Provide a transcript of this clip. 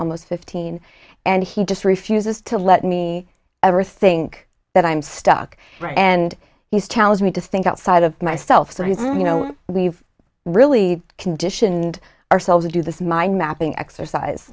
almost fifteen and he just refuses to let me ever think that i'm stuck and he's challenged me to think outside of myself so you know we've really conditioned ourselves to do this mind mapping exercise